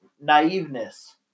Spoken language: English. Naiveness